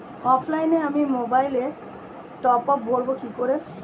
অফলাইনে আমি মোবাইলে টপআপ ভরাবো কি করে?